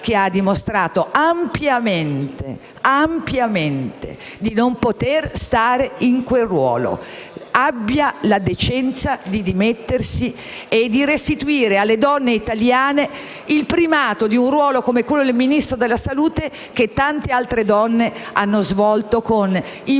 che ha dimostrato ampiamente di non poter ricoprire quel ruolo. Abbia la decenza di dimettersi e restituire alle donne italiane il primato di un ruolo, come quello del Ministro della salute, che tante altre donne hanno svolto con impareggiabile